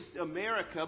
America